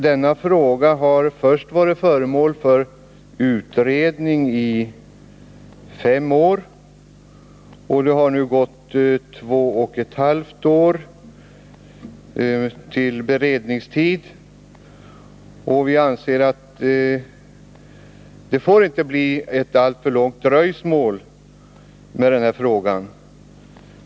Denna fråga har ju först varit föremål för utredning under fem år, och det har nu åtgått två och ett halvt år i beredningstid. Vi anser att det inte får bli ett alltför långt dröjsmål med lösningen av frågan.